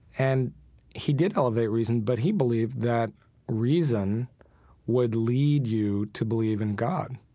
and he did elevate reason, but he believed that reason would lead you to believe in god.